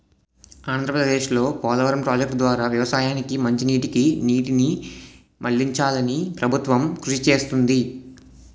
ఆంధ్రప్రదేశ్లో పోలవరం ప్రాజెక్టు ద్వారా వ్యవసాయానికి మంచినీటికి నీటిని మళ్ళించాలని ప్రభుత్వం కృషి చేస్తుంది